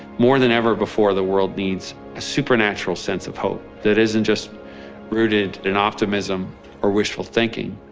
more than ever before the world needs a supernatural sense of hope, that isn't just rooted in optimism or wishful thinking,